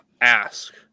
ask